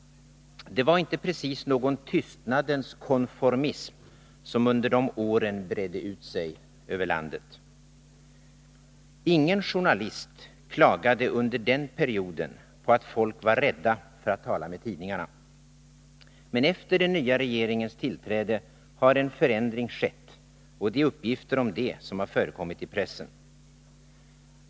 Det var inte precis någon tystnadens konformism som under de åren bredde ut sig över landet. Ingen journalist klagade under den perioden på att folk var rädda för att tala med tidningarna, men efter den nya regeringens tillträde har en förändring skett, och det är uppgifter om det som har förekommit i pressen.